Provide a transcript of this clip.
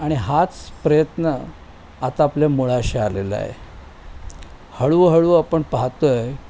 आणि हाच प्रयत्न आता आपल्या मुळाशी आलेला आहे हळूहळू आपण पाहतो आहे